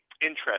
interest